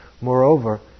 Moreover